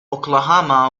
oklahoma